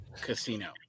Casino